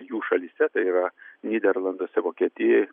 jų šalyse tai yra nyderlanduose vokietijoj